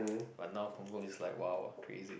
but now Punggol is like !wow! crazy